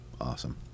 Awesome